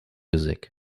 music